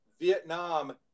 Vietnam